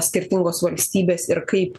skirtingos valstybės ir kaip